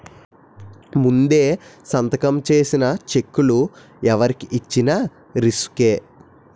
ముందే సంతకం చేసిన చెక్కులు ఎవరికి ఇచ్చిన రిసుకే